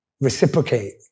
reciprocate